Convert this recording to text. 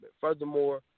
Furthermore